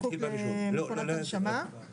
אם אתה זקוק לרכב עם אביזרים מיוחדים,